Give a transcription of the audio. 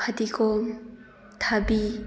ꯐꯗꯤꯒꯣꯝ ꯊꯕꯤ